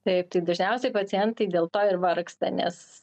taip tai dažniausiai pacientai dėl to ir vargsta nes